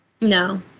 No